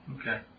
Okay